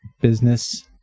business